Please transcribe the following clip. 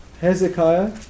Hezekiah